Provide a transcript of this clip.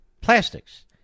Plastics